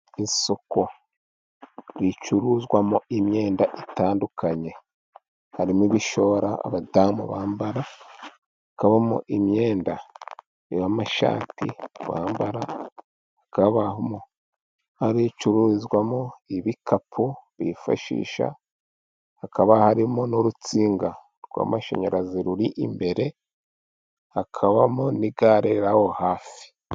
Isoko ricuruzwamo imyenda itandukanye harimo ibishora abadamu bambara, hakabamo imyenda y'amashati bambara, hakabamo icururizwamo ibikapu bifashisha hakaba harimo n'urutsinga rw'amashanyarazi ruri imbere hakabamo n'igare riri aho hafi.